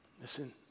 Listen